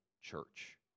church